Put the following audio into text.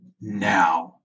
now